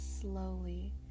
slowly